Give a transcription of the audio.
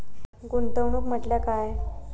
गुंतवणूक म्हटल्या काय?